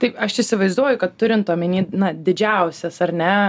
taip aš įsivaizduoju kad turint omeny na didžiausias ar ne